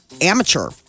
amateur